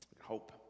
Hope